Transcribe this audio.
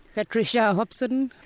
patricia hobson.